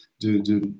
de